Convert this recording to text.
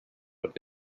would